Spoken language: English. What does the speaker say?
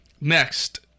Next